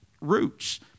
roots